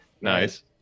Nice